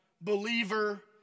believer